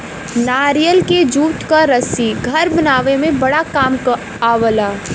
नारियल के जूट क रस्सी घर बनावे में बड़ा काम आवला